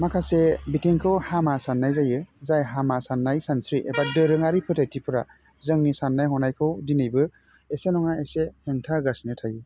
माखासे बिथिंखौ हामा साननाय जायो जाय हामा साननाय सानस्रि एबा दोरोङारि फोथायथिफोरा जोंनि साननाय हनायखौ दिनैबो इसे नङा इसे हेंथा होगासिनो थायो